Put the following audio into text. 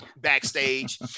backstage